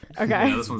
Okay